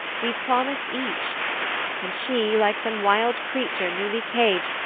we promised each and she, like some wild creature newly-caged,